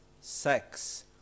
sex